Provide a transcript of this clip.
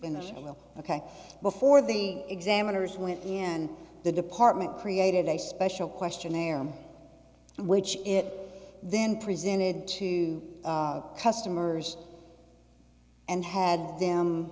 finish it will ok before the examiners went in the department created a special questionnaire which it then presented to customers and had the